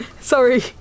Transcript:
Sorry